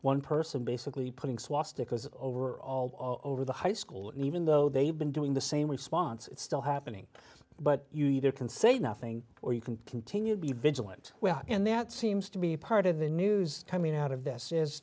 one person basically putting swastikas over all over the high school even though they've been doing the same response it's still happening but you either can say nothing or you can continue to be vigilant and that seems to be part of the news coming out of th